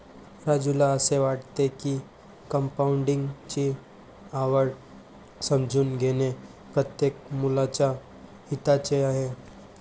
राजूला असे वाटते की कंपाऊंडिंग ची आवड समजून घेणे प्रत्येक मुलाच्या हिताचे आहे